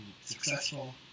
successful